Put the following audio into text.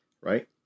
right